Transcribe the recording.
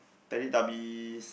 Teletubbies